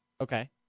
Okay